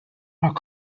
are